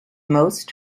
most